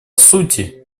сути